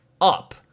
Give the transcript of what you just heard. up